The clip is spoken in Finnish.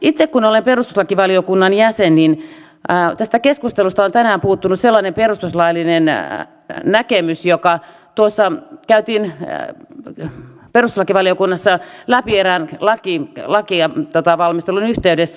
itse kun olen perustuslakivaliokunnan jäsen niin tästä keskustelusta on tänään puuttunut sellainen perustuslaillinen näkemys joka käytiin perustuslakivaliokunnassa läpi erään lain valmistelun yhteydessä